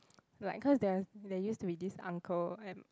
like cause there's there used to be this uncle and